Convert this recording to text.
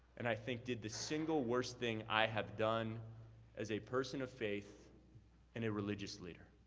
and i think did the single worst thing i have done as a person of faith and a religious leader.